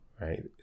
right